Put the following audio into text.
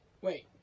Wait